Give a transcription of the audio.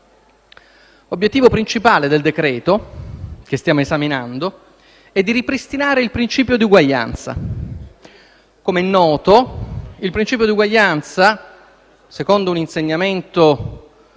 L'obiettivo principale del decreto-legge che stiamo esaminando è quello di ripristinare il principio di uguaglianza. Come è noto il principio di uguaglianza, secondo un insegnamento